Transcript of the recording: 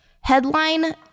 Headline